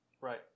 Right